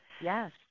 Yes